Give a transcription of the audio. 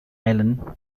island